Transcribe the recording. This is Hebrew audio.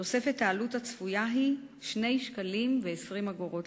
תוספת העלות הצפויה היא 2.20 שקלים לחודש.